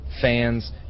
fans